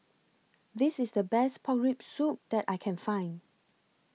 This IS The Best Pork Rib Soup that I Can Find